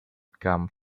come